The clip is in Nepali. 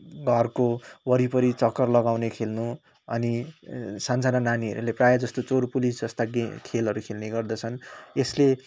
घरको वरिपरि चक्कर लगाउने खेल्नु अनि सान सानो नीहरूले प्रायजस्तो चोर पुलिस जस्ता गे खेलहरू खेल्ने गर्दछन् यसले